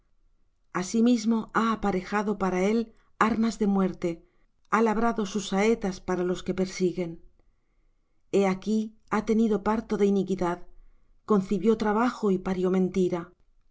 asimismo ha aparejado para él armas de muerte ha labrado sus saetas para los que persiguen he aquí ha tenido parto de iniquidad concibió trabajo y parió mentira